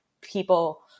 people